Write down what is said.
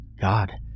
God